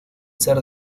ser